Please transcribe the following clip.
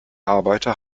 arbeiter